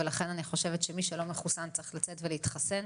ולכן אני חושבת שמי שלא מחוסן צריך לצאת ולהתחסן